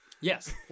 Yes